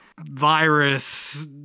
virus